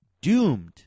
doomed